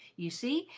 you see,